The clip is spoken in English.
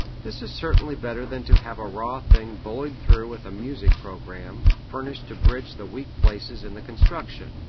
this is certainly better than to have a raw thing bullied through with a music-programme, furnished to bridge the weak places in the construction.